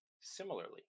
similarly